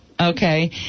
Okay